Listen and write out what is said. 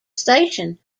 station